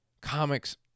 comics